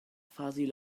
fuzzy